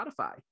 Spotify